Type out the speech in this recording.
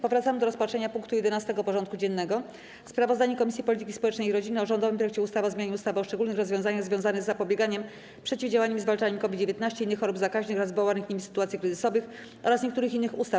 Powracamy do rozpatrzenia punktu 11. porządku dziennego: Sprawozdanie Komisji Polityki Społecznej i Rodziny o rządowym projekcie ustawy o zmianie ustawy o szczególnych rozwiązaniach związanych z zapobieganiem, przeciwdziałaniem i zwalczaniem COVID-19, innych chorób zakaźnych oraz wywołanych nimi sytuacji kryzysowych oraz niektórych innych ustaw.